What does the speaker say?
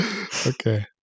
Okay